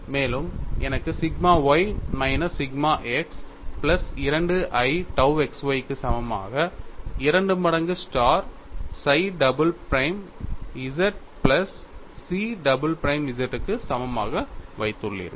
மேலும் எனக்கு sigma y minus sigma x plus 2 i tau x y க்கு சமமாக 2 மடங்கு z star psi double prime z plus chi double prime z க்கு சமமாக வைத்துள்ளேர்கள்